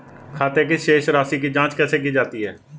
खाते की शेष राशी की जांच कैसे की जाती है?